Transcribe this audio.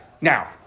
Now